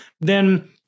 then-